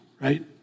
right